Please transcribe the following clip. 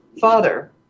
father